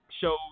shows